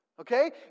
Okay